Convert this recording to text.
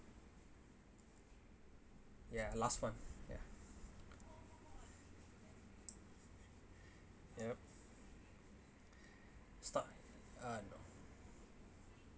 ya last month ya yup stop uh no